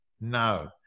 no